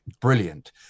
brilliant